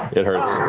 it hurts.